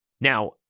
Now